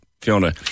Fiona